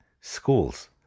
schools